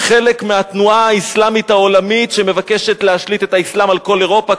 חלק מהתנועה האסלאמית העולמית שמבקשת להשליט את האסלאם על כל אירופה,